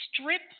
strip